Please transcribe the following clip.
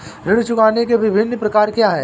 ऋण चुकाने के विभिन्न प्रकार क्या हैं?